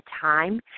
time